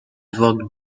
walked